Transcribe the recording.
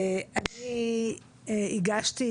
אני הגשתי,